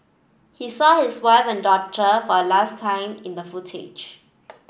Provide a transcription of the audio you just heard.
he saw his wife and daughter for a last time in the footage